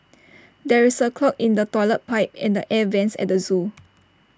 there is A clog in the Toilet Pipe and the air Vents at the Zoo